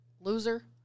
Loser